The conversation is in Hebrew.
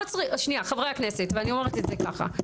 --- שניה, חברי הכנסת, ואני אומרת את זה ככה.